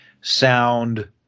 sound